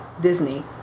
Disney